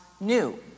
New